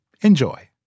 Enjoy